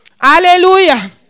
Hallelujah